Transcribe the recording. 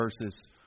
verses